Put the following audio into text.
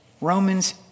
Romans